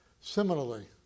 Similarly